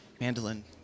mandolin